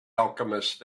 alchemist